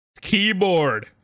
keyboard